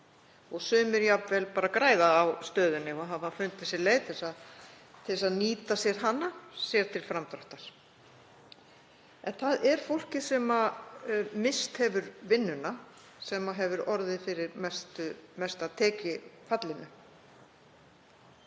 græði jafnvel á stöðunni og hafi fundið sér leið til þess að nýta sér hana sér til framdráttar. En það er fólkið sem misst hefur vinnuna sem hefur orðið fyrir mesta tekjufallinu.